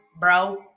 bro